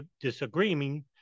disagreeing